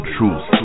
Truth